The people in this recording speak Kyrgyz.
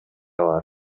бар